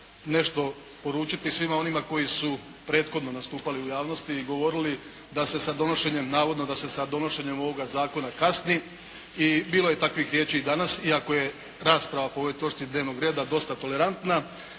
nešto poručiti svima onima koji su prethodno nastupali u javnosti i govorili da se sa donošenjem, navodno da se sa donošenjem ovoga zakona kasni i bilo je takvih riječi i danas iako je rasprava po ovoj točci dnevnog reda dosta tolerantna